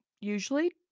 usually